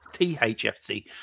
THFC